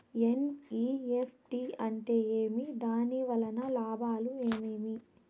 NEFT అంటే ఏమి? దాని వలన లాభాలు ఏమేమి